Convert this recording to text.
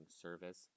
service